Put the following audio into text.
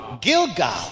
Gilgal